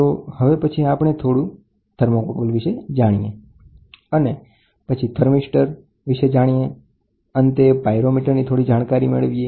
તો હવે પછી આપણે થોડું થર્મોકપલ વિશે જાણીએ અને પછી થર્મીસ્ટર અને અંતે પાયરોમીટરની જાણકારી મેળવીએ